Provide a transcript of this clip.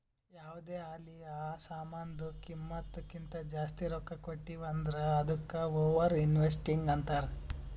ಯಾವ್ದೇ ಆಲಿ ಆ ಸಾಮಾನ್ದು ಕಿಮ್ಮತ್ ಕಿಂತಾ ಜಾಸ್ತಿ ರೊಕ್ಕಾ ಕೊಟ್ಟಿವ್ ಅಂದುರ್ ಅದ್ದುಕ ಓವರ್ ಇನ್ವೆಸ್ಟಿಂಗ್ ಅಂತಾರ್